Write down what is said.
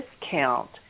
discount